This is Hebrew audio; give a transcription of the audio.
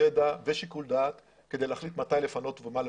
ידע ושיקול דעת כדי להחליט מתי לפנות ומה לפנות.